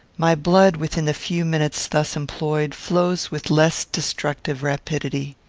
my blood, within the few minutes thus employed, flows with less destructive rapidity.